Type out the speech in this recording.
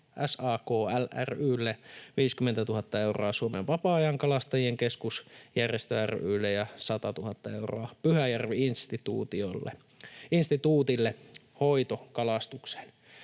SAKL ry:lle, 50 000 euroa Suomen Vapaa-ajankalastajien Keskusjärjestö ry:lle ja 100 000 euroa Pyhäjärvi-instituutille hoitokalastukseen.